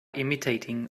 imitating